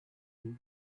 two